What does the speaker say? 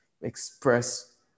express